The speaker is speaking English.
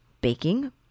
baking